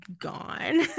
gone